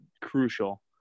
crucial